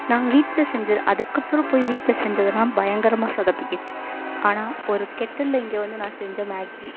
நான் வீட்டில செஞ்சது அதுக்கப்புறம் போய் வீட்டில செஞ்சதெலாம் பயங்கரமாக சொதப்பிக்கிச்சு ஆனால் ஒரு கெட்டில்ல இங்கே வந்து நான் செஞ்ச மேகி